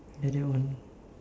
ya that one